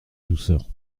douceur